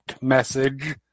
message